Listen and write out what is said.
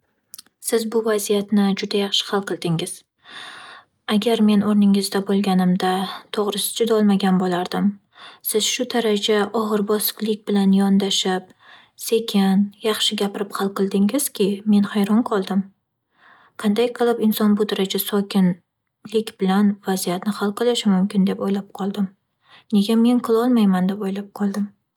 Siz bu vaziyatni juda yaxshi hal qildingiz. Agar men o'rningizda bo'lganimda, to'g'risi, chidolmagan bo'lardim. Siz shu daraja og'ir bosiqlik bilan yondashib, sekin, yaxshi gapirib hal qildingizki, men hayron qoldim. Qanday qilib inson bu daraja sokinlik bilan vaziyatni hal qilishi mumkin deb o'ylab qoldim. Nega men qililmayman deb o'ylab qoldim.